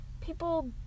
people